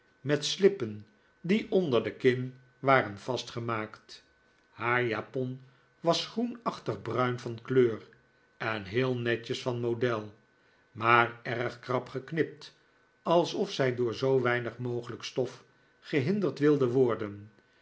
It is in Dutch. met slippen die onder de kin waren vastgemaakt haar japon was groenachtig bruin van kleur en heel netjes van model maar erg krap geknipt alsof zij door zoo weinig mogelijk stof gehinderd wilde worden